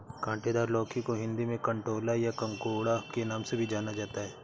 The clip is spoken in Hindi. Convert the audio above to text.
काँटेदार लौकी को हिंदी में कंटोला या ककोड़ा के नाम से भी जाना जाता है